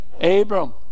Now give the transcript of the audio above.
Abram